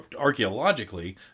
archaeologically